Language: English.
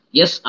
yes